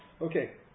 Okay